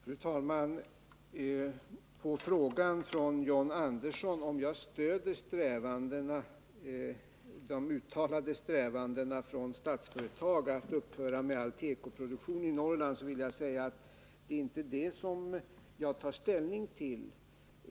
Fru talman! På frågan från John Andersson om jag stöder de uttalade strävandena från Statsföretag att upphöra med all tekoproduktion i Norrland, vill jag säga att det inte är det som jag tar ställning till.